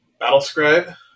Battlescribe